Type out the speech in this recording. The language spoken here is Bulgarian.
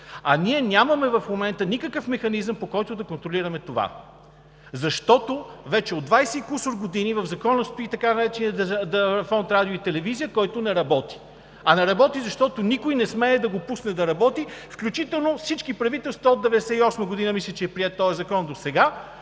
ние нямаме никакъв механизъм, по който да контролираме това, защото вече от двадесет и кусур години в Закона стои така нареченият Фонд „Радио и телевизия“, който не работи. А не работи, защото никой не смее да го пусне да работи, включително всички правителства – от 1998 г., мисля, че е приет този закон, досега.